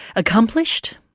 accomplished,